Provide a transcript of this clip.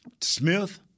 Smith